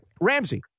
Ramsey